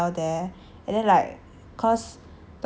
the hotel that I stayed in was like directly above